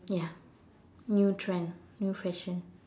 ya new trend new fashion